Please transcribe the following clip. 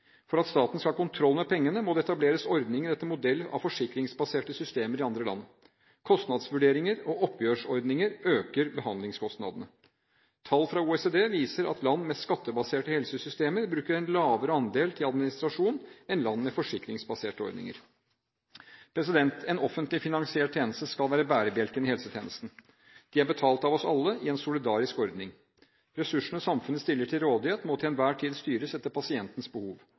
For at staten skal ha kontroll med pengene, må det etableres ordninger etter modell av forsikringsbaserte systemer i andre land. Kostnadsvurderinger og oppgjørsordninger øker behandlingskostnadene. Tall fra OECD viser at land med skattebaserte helsesystemer bruker en lavere andel til administrasjon enn land med forsikringsbaserte ordninger. En offentlig finansiert tjeneste skal være bærebjelken i helsetjenesten. De er betalt av oss alle, i en solidarisk ordning. Ressursene samfunnet stiller til rådighet, må til enhver tid styres etter pasientens behov.